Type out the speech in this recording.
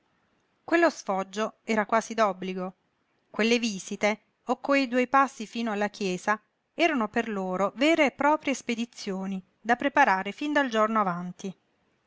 quello sfoggio era quasi d'obbligo quelle visite o quei due passi fino alla chiesa erano per loro vere e proprie spedizioni da preparare fin dal giorno avanti